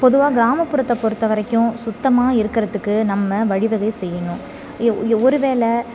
பொதுவாக கிராமப்புறத்தை பொறுத்த வரைக்கும் சுத்தமாக இருக்கிறத்துக்கு நம்ம வழிவகை செய்யணும் ஏ ஒரு வேளை